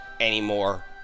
anymore